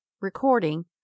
recording